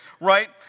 right